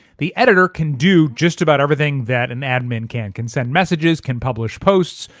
the editor can do just about everything that an admin can can send messages, can publish posts,